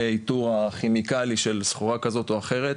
איתור הכימיקלים של סחורה כזאת או אחרת.